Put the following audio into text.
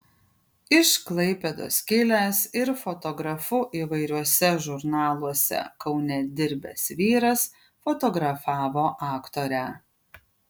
iš klaipėdos kilęs ir fotografu įvairiuose žurnaluose kaune dirbęs vyras fotografavo aktorę